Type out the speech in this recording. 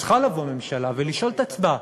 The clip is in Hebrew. צריכה לבוא ממשלה ולשאול את עצמה: